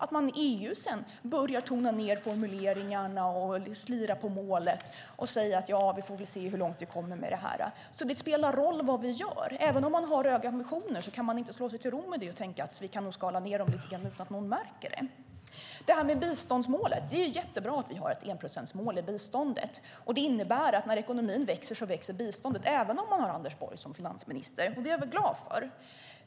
I EU börjar man tona ned formuleringarna och slirar på målet och säger att man får se hur långt man kommer med detta. Det spelar därför roll vad vi gör. Även om man har höga ambitioner kan man inte slå sig till ro med det och tänka att vi nog kan skala ned dem lite grann utan att någon märker det. Det är mycket bra att vi har ett enprocentsmål i biståndet. Det innebär att biståndet växer när ekonomin växer, även om man har Anders Borg som finansminister. Det är jag glad för.